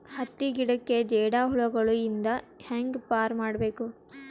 ಹತ್ತಿ ಗಿಡಕ್ಕೆ ಜೇಡ ಹುಳಗಳು ಇಂದ ಹ್ಯಾಂಗ್ ಪಾರ್ ಮಾಡಬೇಕು?